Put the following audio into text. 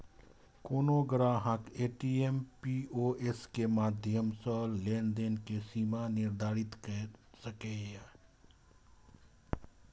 कोनो ग्राहक ATM, POS के माध्यम सं लेनदेन के सीमा निर्धारित कैर सकैए